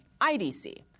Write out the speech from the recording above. IDC